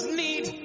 need